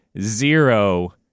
zero